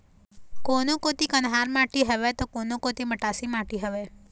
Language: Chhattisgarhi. कोनो कोती कन्हार माटी हवय त, कोनो कोती मटासी माटी हवय